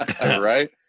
Right